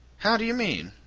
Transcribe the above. how d'you mean?